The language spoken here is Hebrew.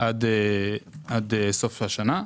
עד סוף השנה.